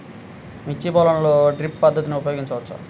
మిర్చి పొలంలో డ్రిప్ పద్ధతిని ఉపయోగించవచ్చా?